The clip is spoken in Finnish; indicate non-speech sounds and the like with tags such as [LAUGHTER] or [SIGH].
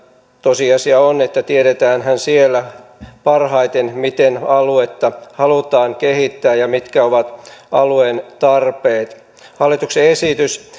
tosiasia on että tiedetäänhän siellä parhaiten miten aluetta halutaan kehittää ja mitkä ovat alueen tarpeet hallituksen esitys [UNINTELLIGIBLE]